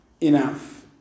enough